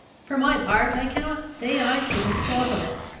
for my part, i cannot say i should have thought of it.